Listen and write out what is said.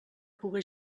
puga